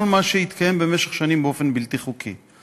מה שהתקיים במשך שנים באופן בלתי חוקי.